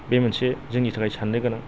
बे मोनसे जोंनि थाखाय सान्नो गोनां